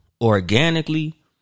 organically